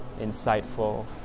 insightful